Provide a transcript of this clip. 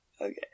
Okay